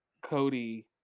Cody